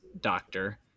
doctor